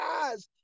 guys